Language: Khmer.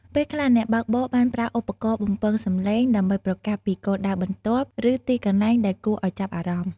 ពេលខ្លះ អ្នកបើកបរបានប្រើឧបករណ៍បំពងសម្លេងដើម្បីប្រកាសពីគោលដៅបន្ទាប់ ឬទីកន្លែងដែលគួរឱ្យចាប់អារម្មណ៍។